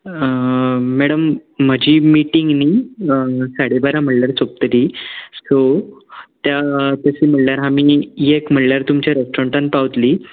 madam म्हाजी meeting नी साडे बारा म्हटल्यार सोंपतली सो त्या तशें म्हळ्यार आमी एक म्हटल्यार तुमच्या रेस्टॉरंटान पावतलीं